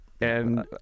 and-